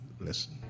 listen